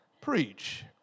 preach